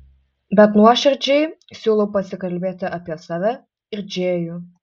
bet nuoširdžiai siūliau pasikalbėti apie save ir džėjų